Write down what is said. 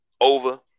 over